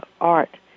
art